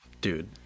dude